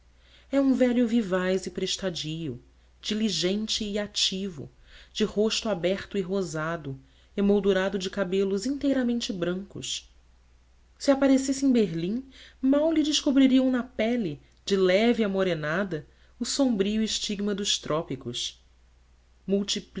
é um velho vivaz e prestadio diligente e ativo de rosto aberto e rosado emoldurado de cabelos inteiramente brancos se aparecesse em berlim mal lhe descobririam na pele de leve amorenada o sombrio estigma dos trópicos